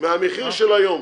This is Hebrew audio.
מהמחירים של היום,